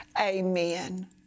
Amen